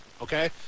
okay